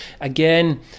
again